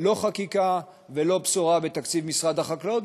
לא חקיקה ולא בשורה בתקציב משרד החקלאות,